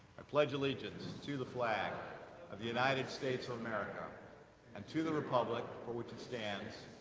i pledge allegiance to the flag of the united states of america and to the republic for which it stands,